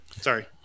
Sorry